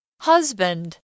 Husband